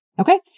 Okay